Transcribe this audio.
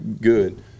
good